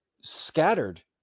scattered